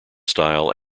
style